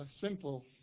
simple